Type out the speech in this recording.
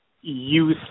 youth